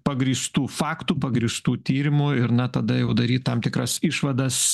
pagrįstų faktų pagrįstų tyrimų ir na tada jau daryt tam tikras išvadas